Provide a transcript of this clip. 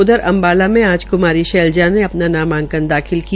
उधर अम्बाला में आज कुमारी शैलजा ने अपना नामांकन दाखिल किया